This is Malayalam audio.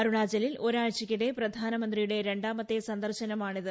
അരുണാചലിൽ ഒരാഴ്ചക്കിടെ പ്രധാനമന്ത്രിയുടെ രണ്ടാമത്തെ സന്ദർശനമാണിത്